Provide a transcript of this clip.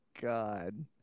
God